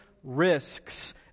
risks